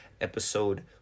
episode